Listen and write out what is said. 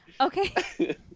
okay